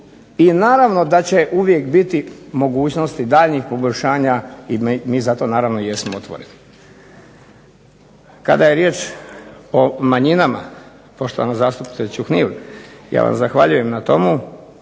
I naravno da će uvijek biti mogućnosti daljnjih poboljšanja i mi za to naravno jesmo otvoreni. Kada je riječ o manjinama, poštovana zastupnice Čuhnil, ja vam zahvaljujem na tomu,